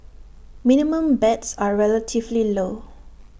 minimum bets are relatively low